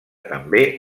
també